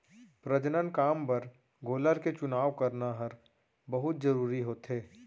प्रजनन काम बर गोलर के चुनाव करना हर बहुत जरूरी होथे